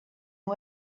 who